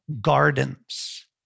gardens